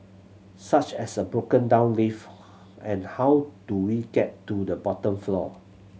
such as a broken down lift and how do we get to the bottom floor